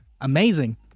amazing